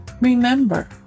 Remember